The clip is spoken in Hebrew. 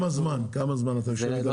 כמה זמן זה ייקח?